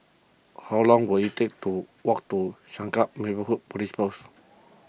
how long will it take to walk to Changkat Neighbourhood Police Post